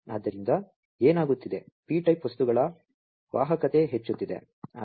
ಆದ್ದರಿಂದ ಏನಾಗುತ್ತಿದೆ P type ವಸ್ತುಗಳ ವಾಹಕತೆ ಹೆಚ್ಚುತ್ತಿದೆ